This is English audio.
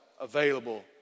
available